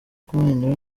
kumwenyura